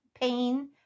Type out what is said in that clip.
pain